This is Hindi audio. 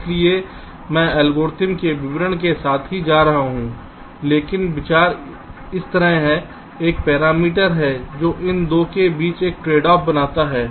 इसलिए मैं एल्गोरिथ्म के विवरण के साथ नहीं जा रहा हूं लेकिन विचार इस तरह है एक पैरामीटर है जो इन 2 के बीच एक ट्रेडऑफ बनाता है